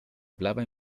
hablaba